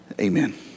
Amen